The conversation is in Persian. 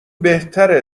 بهتره